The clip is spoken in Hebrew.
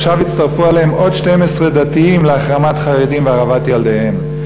ועכשיו הצטרפו אליהם עוד 12 דתיים להחרמת חרדים והרעבת ילדיהם.